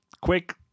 quick